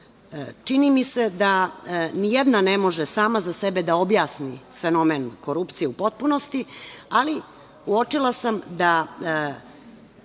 Čini mi se da ni jedna ne može sama za sebe da objasni fenomen korupcije u potpunosti, ali uočila sam da